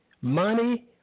Money